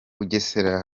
bugesera